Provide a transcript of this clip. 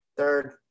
Third